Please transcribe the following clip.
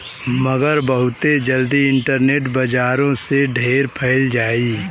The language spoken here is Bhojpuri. मगर बहुते जल्दी इन्टरनेट बजारो से ढेर फैल जाई